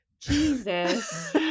Jesus